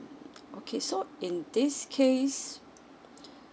okay so in this case